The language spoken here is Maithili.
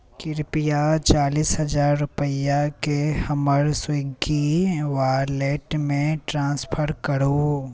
कृपया चालीस हजार रुपैआकेँ हमर स्विग्गी वॉलेटमे ट्रान्सफर करू